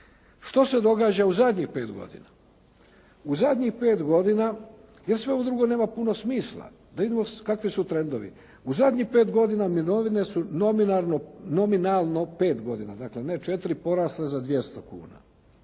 Što se događa u zadnjih pet godina? U zadnjih 5 godina, jer sve ovo drugo nema puno smisla, da vidimo kakvi su trendovi. U zadnjih 5 godina mirovine su nominalno 5 godina, dakle ne 4, porasle za 200 kuna.